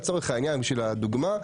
לצורך הדוגמה,